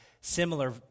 similar